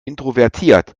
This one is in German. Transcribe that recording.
introvertiert